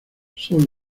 son